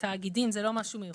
בתאגידים זה לא משהו מיוחד.